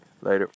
later